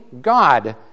god